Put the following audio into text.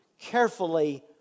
carefully